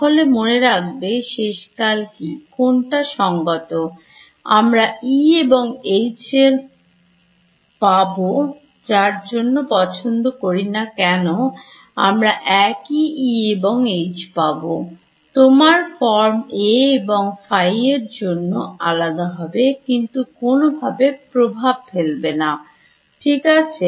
তাহলে মনে রাখবে শেষ কাল কি কোনটা সংগত আমরা E এবং H পাব জায়মান পছন্দ করি না কেন এবং আমরা একই E এবং H পাব তোমার Form A এবং phi এর জন্য আলাদা হবে কিন্তু কোন ভাবে প্রভাব ফেলবে না ঠিক আছে